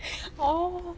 oh